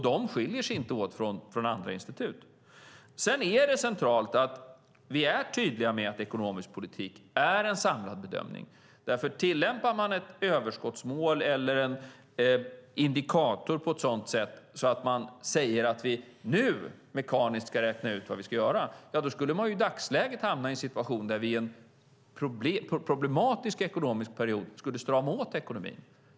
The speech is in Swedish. De skiljer sig inte åt från andra institut. Sedan är det centralt att vi är tydliga med att ekonomisk politik är en samlad bedömning. Tillämpar man ett överskottsmål eller en indikator på ett sådant sätt att man säger att vi nu mekaniskt ska räkna ut vad vi ska göra skulle man i dagsläget hamna i en situation där vi i en problematisk ekonomisk period skulle strama åt ekonomin.